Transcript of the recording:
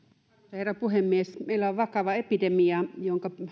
herra puhemies meillä on vakava epidemia jonka